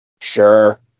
sure